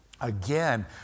Again